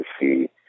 see